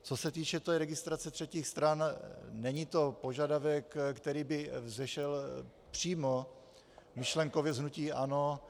Co se týče registrace třetích stran, není to požadavek, který by vzešel přímo myšlenkově z hnutí ANO.